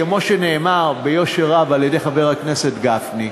כמו שנאמר ביושר רב על-ידי חבר הכנסת גפני,